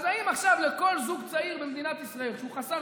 אז האם עכשיו כל זוג צעיר במדינת ישראל שהוא חסר